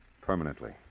Permanently